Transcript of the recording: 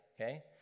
okay